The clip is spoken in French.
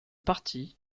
partie